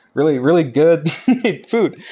really really good food.